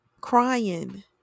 Crying